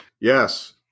Yes